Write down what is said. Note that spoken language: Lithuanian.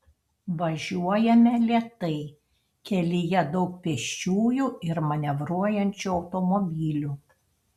važiuojame lėtai kelyje daug pėsčiųjų ir manevruojančių automobilių